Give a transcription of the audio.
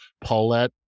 paulette